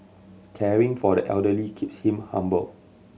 caring for the elderly keeps him humble